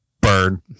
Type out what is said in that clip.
Burn